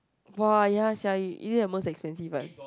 !wah! ya sia e~ is it the most expensive one